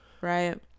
Right